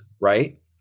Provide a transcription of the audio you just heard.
Right